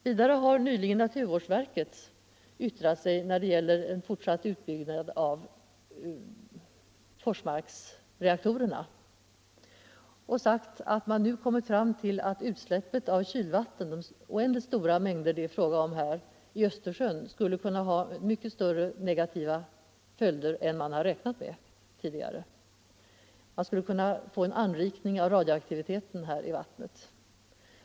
Nyligen har naturvårdsverket yttrat sig när det gäller fortsatt utbyggnad i Forsmark och sagt att man nu har kommit fram till att utsläppet av kylvatten i de stora mängder det är fråga om i Östersjön skulle kunna ha större negativa följder än man tidigare har räknat med — vi skulle kunna få en anrikning av radioaktiviteten i vattnet.